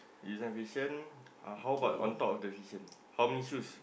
design fashion uh how about on top of the fashion how many shoes